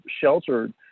sheltered